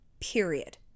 Period